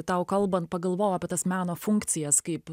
tau kalbant pagalvojau apie tas meno funkcijas kaip